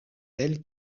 telle